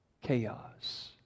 chaos